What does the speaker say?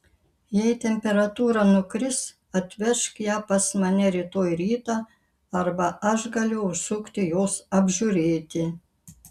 jei temperatūra nukris atvežk ją pas mane rytoj rytą arba aš galiu užsukti jos apžiūrėti